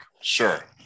Sure